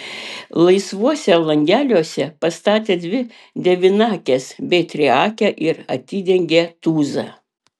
laisvuose langeliuose pastatė dvi devynakes bei triakę ir atidengė tūzą